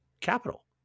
capital